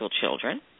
children